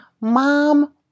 mom